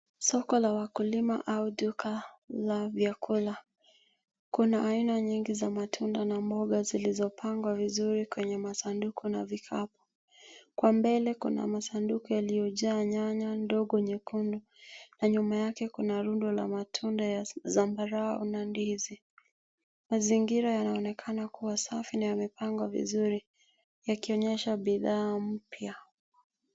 Soko la wakulima au duka la vyakula kuna aina nyingi za matunda na mboga zilizopangwa vizuri kwenye masanduku na vikapu. Kwa mbele kuna masanduku yaliyojaa nyanya ndogo nyekundu na nyuma yake kuna rundo la matunda ya zambarau na ndizi. Mazingira yanaonekana kuwa safi na yamepangwa vizuri yakionyesha bidhaa mpya.